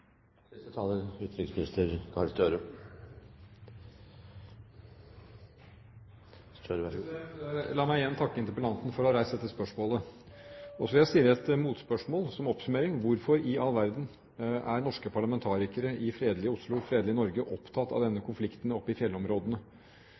La meg igjen takke interpellanten for å ha reist dette spørsmålet. Så vil jeg stille et motspørsmål, som oppsummering. Hvorfor i all verden er norske parlamentarikere i fredelige Oslo, i fredelige Norge, opptatt av denne